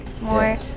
more